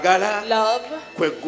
love